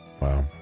Wow